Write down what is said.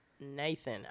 Nathan